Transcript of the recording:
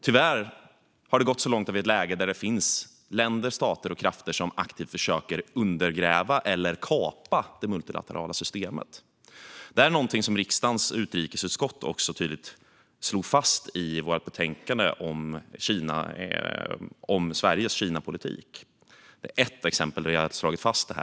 Tyvärr har det gått så långt att vi är i ett läge där det finns stater och krafter som aktivt försöker undergräva eller kapa det multilaterala systemet. Det här är något som vi i riksdagens utrikesutskott tydligt slog fast i vårt betänkande om Sveriges Kinapolitik. Det är ett exempel där vi har slagit fast detta.